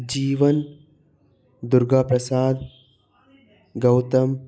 Jeevan Durgaprasad Gautam